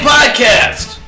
Podcast